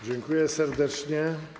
Dziękuję serdecznie.